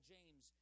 James